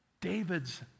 David's